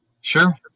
sure